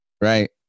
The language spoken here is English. Right